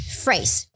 phrase，